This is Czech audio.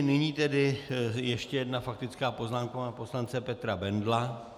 Nyní ještě jedna faktická poznámka poslance Petra Bendla.